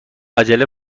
عجله